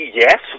yes